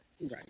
Right